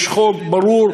יש חוק ברור,